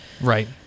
Right